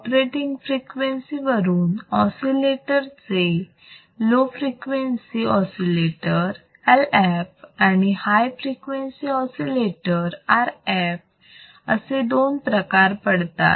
operating frequency वरून oscillator चे low frequency oscillator LF आणि हाय फ्रिक्वेन्सी ऑसिलेटर RF असे दोन प्रकार पडतात